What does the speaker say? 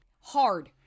hard